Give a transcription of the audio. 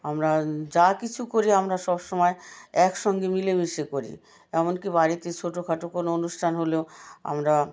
আমরা যা কিছু করি আমরা সব সময় একসঙ্গে মিলেমিশে করি এমনকি বাড়িতে ছোটখাটো কোনো অনুষ্ঠান হলেও আমরা